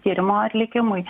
tyrimo atlikimui